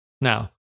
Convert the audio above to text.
Now